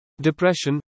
depression